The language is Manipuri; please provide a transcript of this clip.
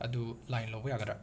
ꯑꯗꯨ ꯂꯥꯏꯟ ꯂꯧꯕ ꯌꯥꯒꯗ꯭ꯔꯥ